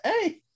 Hey